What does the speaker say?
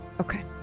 Okay